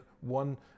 one